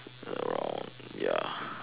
wrong ya